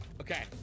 Okay